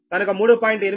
కనుక 3